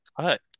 cut